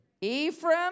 Ephraim